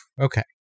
okay